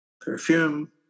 Perfume